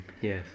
Yes